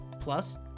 Plus